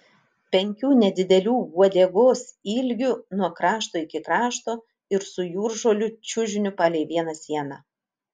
penkių nedidelių uodegos ilgių nuo krašto iki krašto ir su jūržolių čiužiniu palei vieną sieną